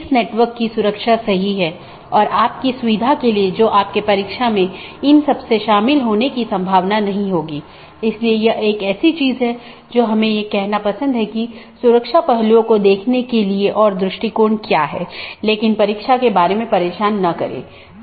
इसका मतलब है कि यह एक प्रशासनिक नियंत्रण में है जैसे आईआईटी खड़गपुर का ऑटॉनमस सिस्टम एक एकल प्रबंधन द्वारा प्रशासित किया जाता है यह एक ऑटॉनमस सिस्टम हो सकती है जिसे आईआईटी खड़गपुर सेल द्वारा प्रबंधित किया जाता है